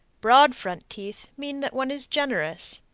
broad front teeth mean that one is generous.